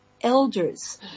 elders